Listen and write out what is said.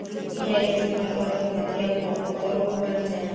UPI इस्तेमाल करने खातिर क्या कौनो अलग उपकरण चाहीं?